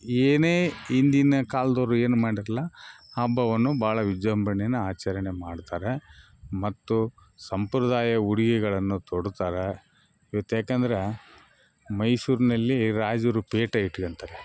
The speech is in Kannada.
ಏನೇ ಹಿಂದಿನ ಕಾಲದವ್ರು ಏನು ಮಾಡಿರಲ್ಲ ಹಬ್ಬವನ್ನು ಭಾಳ ವಿಜೃಂಭಣೆನ್ನ ಆಚರಣೆ ಮಾಡ್ತಾರೆ ಮತ್ತು ಸಂಪ್ರದಾಯ ಉಡಿಗೆಗಳನ್ನು ತೊಡ್ತಾರೆ ಇವತ್ತು ಯಾಕಂದ್ರೆ ಮೈಸೂರಿನಲ್ಲಿ ರಾಜರು ಪೇಟ ಇಟ್ಕೋತಾರೆ